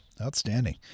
Outstanding